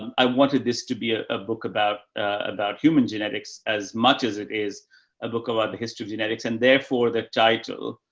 i wanted this to be ah a book about, ah, about human genetics as much as it is a book about the history of genetics and therefore the title. ah,